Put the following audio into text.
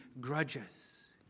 grudges